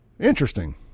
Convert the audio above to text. Interesting